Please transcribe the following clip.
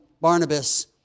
Barnabas